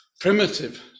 primitive